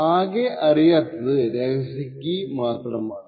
അകെ അറിയാത്തത് രഹസ്യ കീ മാത്രമാണ്